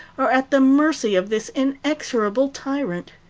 are at the mercy of this inexorable tyrant.